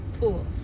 pools